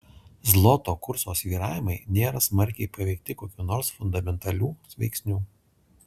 zloto kurso svyravimai nėra smarkiai paveikti kokių nors fundamentalių veiksnių